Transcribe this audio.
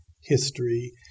history